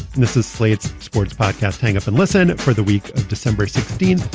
this is slate's sports podcast, hang up and listen for the week of december sixteen,